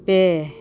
ᱯᱮ